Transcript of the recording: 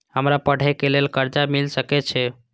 हमरा पढ़े के लेल कर्जा मिल सके छे?